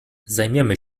zajmiemy